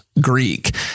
Greek